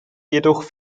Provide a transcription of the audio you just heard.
jedoch